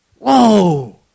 Whoa